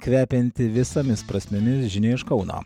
kvepiantį visomis prasmėmis žinia iš kauno